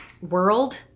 world